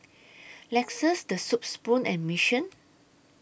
Lexus The Soup Spoon and Mission